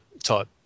type